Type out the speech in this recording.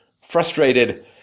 Frustrated